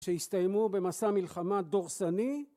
שיסתיימו במסע מלחמה דורסני